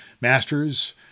master's